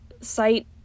site